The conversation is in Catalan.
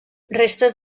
restes